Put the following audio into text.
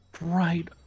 Right